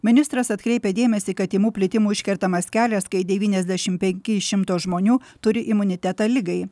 ministras atkreipia dėmesį kad tymų plitimui užkertamas kelias kai devyniasdešimpenki iš šimto žmonių turi imunitetą ligai